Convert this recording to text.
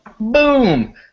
Boom